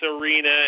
arena